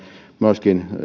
myöskin